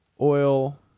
Oil